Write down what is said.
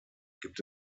gibt